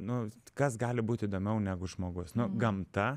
nu kas gali būti įdomiau negu žmogus gamta